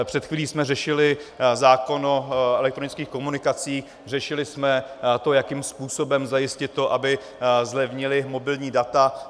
Před chvílí jsme řešili zákon o elektronických komunikacích, řešili jsme to, jakým způsobem zajistit to, aby zlevnila mobilní data.